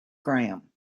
graham